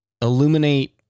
illuminate